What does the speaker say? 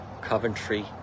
Coventry